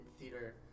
theater